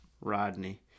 Rodney